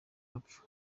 bapfa